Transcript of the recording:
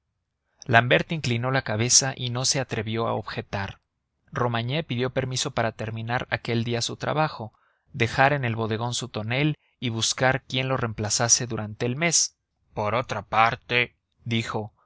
l'ambert inclinó la cabeza y no se atrevió a objetar romagné pidió permiso para terminar aquel día su trabajo dejar en el bodegón su tonel y buscar quien le reemplazase durante el mes por otra parte dijo no